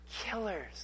Killers